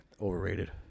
Overrated